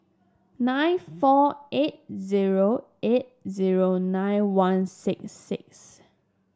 nine four eight zero eight zero nine one six six